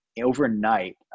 overnight